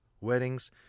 weddings